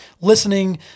listening